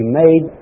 made